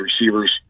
receivers